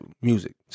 music